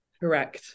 correct